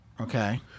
okay